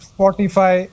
Spotify